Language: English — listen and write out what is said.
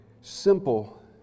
simple